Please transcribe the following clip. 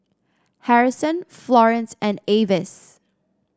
Harrison Florance and Avis